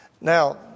Now